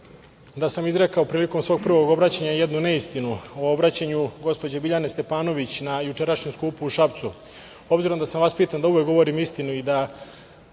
da sam izrekao prilikom svog prvog obraćanja jednu neistinu u obraćanju gospođi Biljani Stepanović na jučerašnjem skupu u Šapcu. Obzirom da sam vaspitan da uvek govorim istinu i da